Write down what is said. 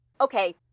Okay